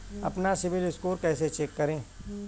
अपना CIBIL score कैसे check करें?